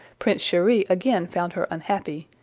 prince cheri again found her unhappy,